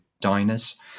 diners